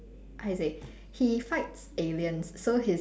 how you say he fights aliens so his